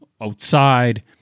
outside